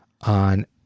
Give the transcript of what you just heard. on